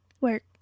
work